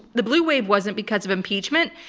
the blue wave wasn't because of impeachment.